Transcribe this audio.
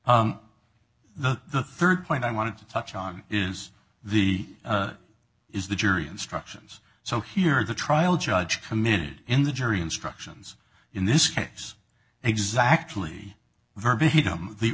the the third point i want to touch on is the is the jury instructions so here the trial judge committed in the jury instructions in this case exactly verbatim the